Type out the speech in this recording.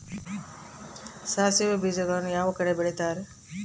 ಸಾಸಿವೆ ಬೇಜಗಳನ್ನ ಯಾವ ಕಡೆ ಬೆಳಿತಾರೆ?